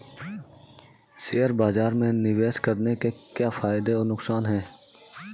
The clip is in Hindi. शेयर बाज़ार में निवेश करने के क्या फायदे और नुकसान हैं?